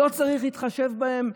לא צריך להתחשב בהם?